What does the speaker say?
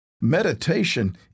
Meditation